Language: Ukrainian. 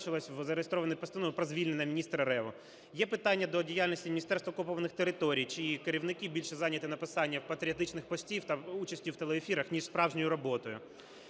відзначилось в зареєстрованій Постанові про звільнення міністра Реви. Є питання до діяльності Міністерства окупованих територій, чиї керівники більше зайняті написанням патріотичних постів та участі в телеефірах, ніж справжньою роботою.